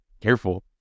Careful